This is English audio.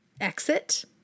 exit